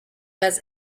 was